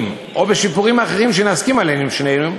או בשיפורים אחרים שנסכים עליהם שנינו,